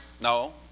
No